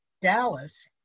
Dallas